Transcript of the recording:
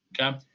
Okay